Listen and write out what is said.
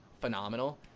phenomenal